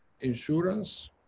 insurance